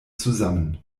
zusammen